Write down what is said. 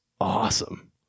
awesome